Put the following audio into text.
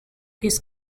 his